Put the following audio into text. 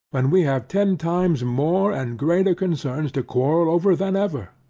when we have ten times more and greater concerns to quarrel over than ever?